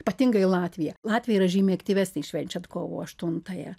ypatingai latviją latvija yra žymiai aktyvesnė švenčiant kovo aštuntąją